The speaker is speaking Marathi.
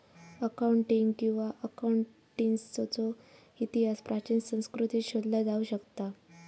अकाऊंटिंग किंवा अकाउंटन्सीचो इतिहास प्राचीन संस्कृतींत शोधला जाऊ शकता